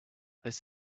this